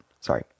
sorry